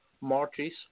marches